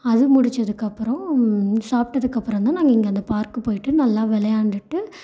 அது முடிச்சதுக்கப்புறம் சாப்பிட்டத்துக்கப்பறந்தான் நாங்கள் இங்கே அந்த பார்க் போய்ட்டு நல்லா விளையாண்டுட்டு